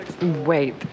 Wait